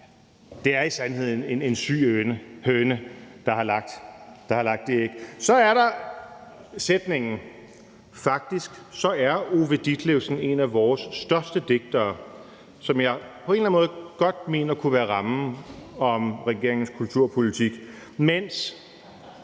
Det er i sandhed en syg høne, der har lagt det æg. Så er der sætningen: »Faktisk så er Ove Ditlevsen en af vores største digtere!«. Det mener jeg på en eller anden måde godt kunne være rammen om regeringens kulturpolitik. Mens